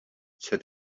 set